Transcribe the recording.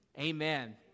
amen